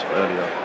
earlier